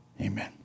Amen